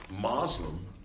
Muslim